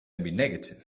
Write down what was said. negative